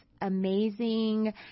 amazing